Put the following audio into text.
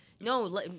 no